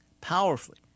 powerfully